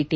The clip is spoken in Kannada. ಟಿ